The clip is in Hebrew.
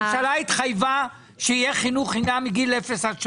הממשלה התחייבה שיהיה חינוך חינם מגיל לידה עד שלוש,